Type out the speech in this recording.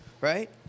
right